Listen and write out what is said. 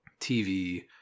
tv